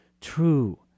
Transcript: true